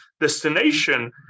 destination